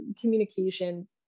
communication